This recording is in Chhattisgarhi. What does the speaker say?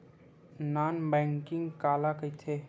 नॉन बैंकिंग काला कइथे?